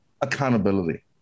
accountability